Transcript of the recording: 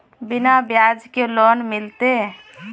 बिना ब्याज के लोन मिलते?